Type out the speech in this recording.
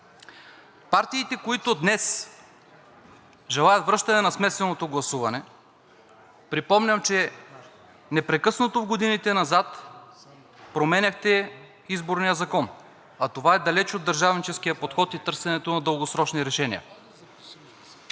Партиите, които днес желаят връщане на смесеното гласуване – припомням, че непрекъснато в годините назад променяхте Изборния закон, а това е далеч от държавническия подход и търсенето на дългосрочни решения.